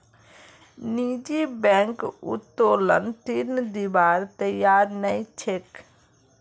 निजी बैंक उत्तोलन ऋण दिबार तैयार नइ छेक